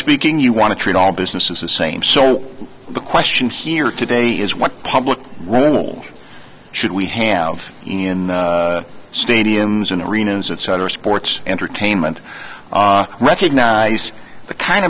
speaking you want to treat all businesses the same so the question here today is what public role should we have in stadiums and arenas etc sports entertainment recognize the kind